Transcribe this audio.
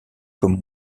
comme